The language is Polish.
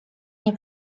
nie